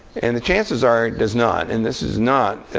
and the chances are it does not. and this is not